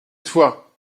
toi